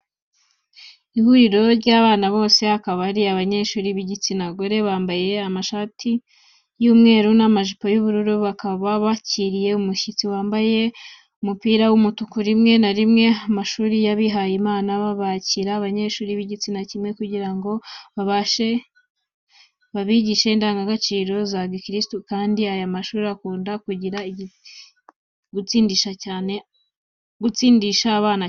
Ihuriro ry'abana bose akaba ari abanyeshuri b'igitsina gore, bambaye amashati y'umweru n'amajipo y'ubururu, bakaba bakiriye umushyitsi wambaye umupira w'umutuku, rimwe na rimwe amashuri y'abihaye imana bakira abanyeshuri b'igitsina kimwe kugira ngo babigishe indangagaciro za gikristu, kandi aya mashuri akunda gutsindisha abana cyane.